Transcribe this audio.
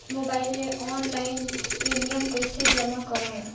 Mobile ले online premium कइसे जमा करों?